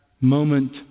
moment